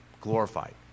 glorified